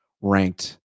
ranked